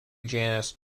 janis